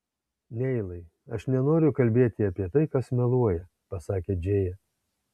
neilai aš nenoriu kalbėti apie tai kas meluoja pasakė džėja